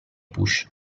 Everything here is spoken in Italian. push